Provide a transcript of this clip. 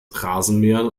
rasenmähern